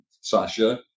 Sasha